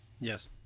Yes